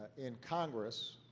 in congress